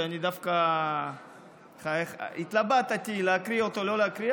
אני דווקא התלבטתי אם להקריא אותו או לא להקריא,